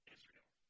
Israel